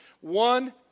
one